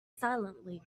silently